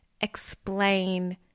explain